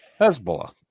Hezbollah